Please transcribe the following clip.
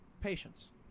patience